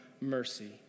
mercy